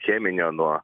cheminio nuo